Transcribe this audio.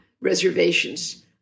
reservations